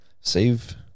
save